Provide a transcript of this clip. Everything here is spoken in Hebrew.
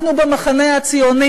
אנחנו במחנה הציוני